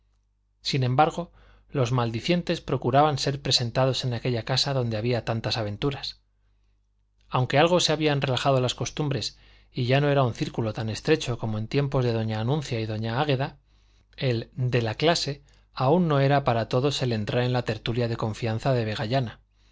sin embargo los maldicientes procuraban ser presentados en aquella casa donde había tantas aventuras aunque algo se habían relajado las costumbres y ya no era un círculo tan estrecho como en tiempo de doña anuncia y doña águeda q e p d el de la clase aún no era para todos el entrar en la tertulia de confianza de